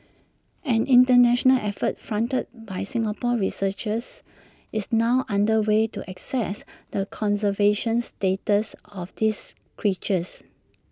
an International effort fronted by Singapore researchers is now under way to assess the conservation status of these creatures